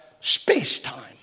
space-time